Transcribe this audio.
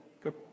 good